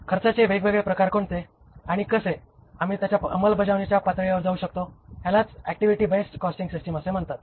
खर्चाचे वेगवेगळे प्रकार कोणते आणि कसे आम्ही त्यांच्या अंमलबजावणीच्या पातळीवर जाऊ शकतो ह्यालाच ऍक्टिव्हिटी बेस्ड कॉस्टिंग सिस्टीम असे म्हणतात